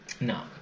No